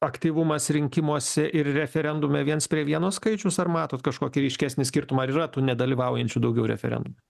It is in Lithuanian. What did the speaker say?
aktyvumas rinkimuose ir referendume viens prie vieno skaičius ar matot kažkokį ryškesnį skirtumą ir yra tų nedalyvaujančių daugiau referendume